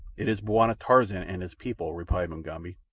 it is bwana tarzan and his people, replied mugambi.